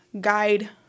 guide